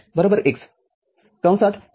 y' x x y